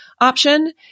option